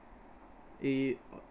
eh you